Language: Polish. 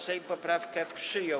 Sejm poprawkę przyjął.